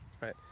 right